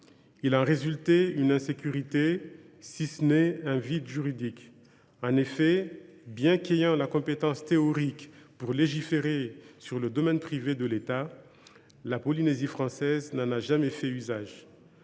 Il en résultait une insécurité, si ce n’est un vide juridique. En effet, bien qu’ayant la compétence théorique pour légiférer sur le domaine privé de l’État, la Polynésie française n’en a jamais fait usage.